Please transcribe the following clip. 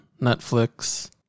Netflix